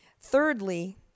thirdly